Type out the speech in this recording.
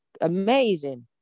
amazing